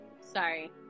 sorry